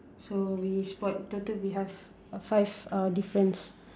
so we spot total we have uh five uh difference